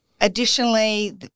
Additionally